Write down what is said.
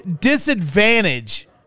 disadvantage